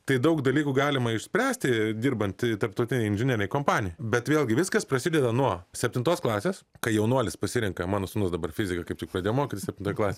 tai daug dalykų galima išspręsti dirbant tarptautinėj inžinerinėj kompanijoj bet vėlgi viskas prasideda nuo septintos klasės kai jaunuolis pasirenka mano sūnus dabar fizika kaip tik pradėjo mokytis septintoj klasėj